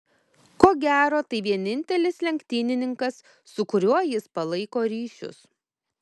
ko gero tai vienintelis lenktynininkas su kuriuo jis palaiko ryšius